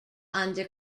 under